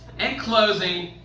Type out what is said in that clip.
and closing,